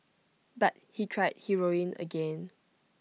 but he tried heroin again